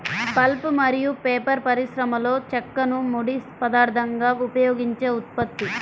pulp మరియు paper పరిశ్రమలోచెక్కను ముడి పదార్థంగా ఉపయోగించే ఉత్పత్తి